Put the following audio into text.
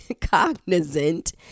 cognizant